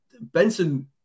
Benson